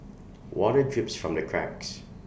water drips from the cracks